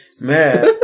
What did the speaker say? Man